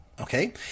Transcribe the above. okay